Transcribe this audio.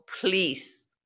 please